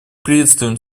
приветствуем